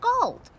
gold